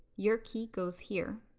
your key goes here.